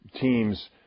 teams